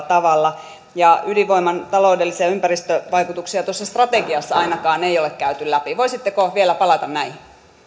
tavalla mutta ydinvoiman taloudellisia ja ympäristövaikutuksia tuossa strategiassa ainakaan ei ole käyty läpi voisitteko vielä palata näihin